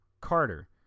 Carter